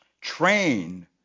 Train